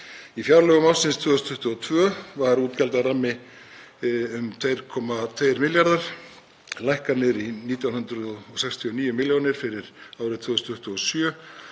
Í fjárlögum ársins 2022 var útgjaldarammi um 2,2 milljarðar en lækkar niður í 1.969 milljónir fyrir árið 2027.